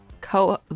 co-